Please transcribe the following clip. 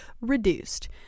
reduced